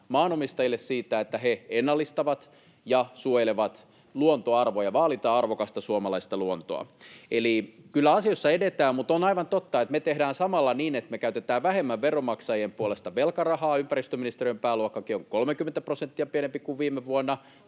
maanomistajille siitä, että he ennallistavat ja suojelevat luontoarvoja, vaalitaan arvokasta suomalaista luontoa. Eli kyllä asioissa edetään, mutta on aivan totta, että me tehdään samalla niin, että me käytetään vähemmän veronmaksajien puolesta velkarahaa — ympäristöministeriön pääluokkakin on 30 prosenttia pienempi kuin viime vuonna